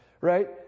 right